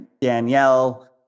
Danielle